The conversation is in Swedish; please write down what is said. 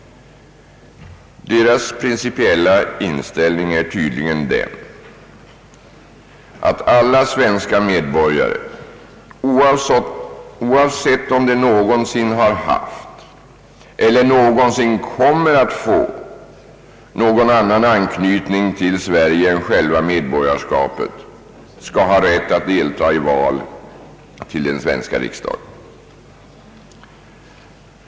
Deras principiella inställning är, som vi hörde, att alla svenska medborgare oavsett om de någonsin har haft eller någonsin kommer att få någon annan anknytning till Sverige än själva medborgarskapet skall ha rätt att delta i val till den svenska riksdagen.